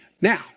Now